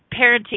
parenting